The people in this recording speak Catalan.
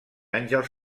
àngels